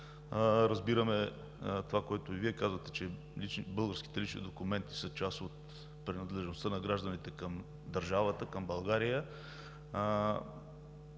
Разбираме това, което и Вие казвате, че българските лични документи са част от принадлежността на гражданите към държавата, към България.